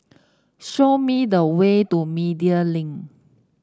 show me the way to Media Link